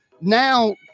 now